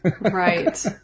Right